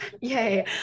Yay